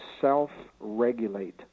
self-regulate